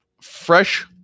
fresh